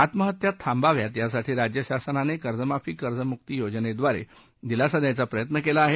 आत्महत्या थांबाव्यात यासाठी राज्य शासनानं कर्जमाफी कर्जमुक्ती योजनेद्वारे दिलासा द्यायचा प्रयत्न केला आहे